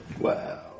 Wow